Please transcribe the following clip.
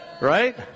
Right